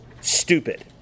stupid